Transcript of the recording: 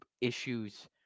issues